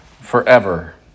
forever